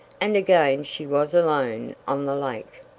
and again she was alone on the lake.